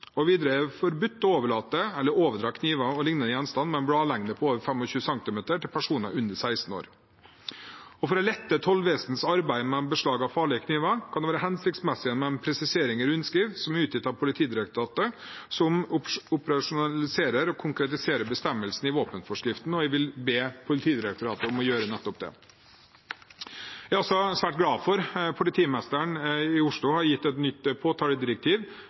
Videre er det forbudt å overlate eller overdra kniver og lignende gjenstand med en bladlengde på over 25 cm til personer under 16 år. For å lette tolletatens arbeid med beslag av farlige kniver kan det være hensiktsmessig med en presisering i rundskriv, som er utgitt av Politidirektoratet, som operasjonaliserer og konkretiserer bestemmelsen i våpenforskriften. Jeg vil be Politidirektoratet om å gjøre nettopp det. Jeg er også svært glad for at politimesteren i Oslo for noen dager siden ga et nytt